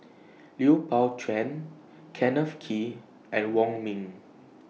Lui Pao Chuen Kenneth Kee and Wong Ming